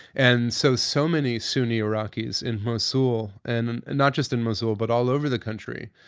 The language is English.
and so, so many sunni iraqis in mosul, and not just in mosul, but all over the country,